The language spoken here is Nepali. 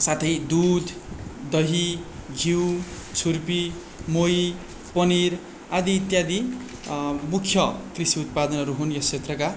साथै दुध दही घिउ छुर्पी मही पनिर आदि इत्यादि मुख्य कृषि उत्पादनहरू हुन् यस क्षेत्रका